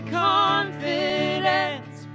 confidence